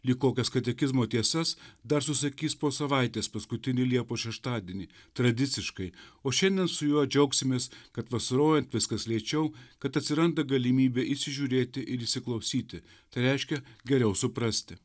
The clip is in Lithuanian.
lyg kokias katekizmo tiesas dar susakys po savaitės paskutinį liepos šeštadienį tradiciškai o šiandien su juo džiaugsimės kad vasarojant viskas lėčiau kad atsiranda galimybė įsižiūrėti ir įsiklausyti tai reiškia geriau suprasti